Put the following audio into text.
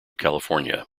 california